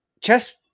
chess